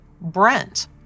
Brent